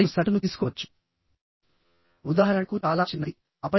ఇప్పుడు net area ఎలా కనుక్కోవాలో చూద్దాము